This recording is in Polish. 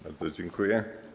Bardzo dziękuję.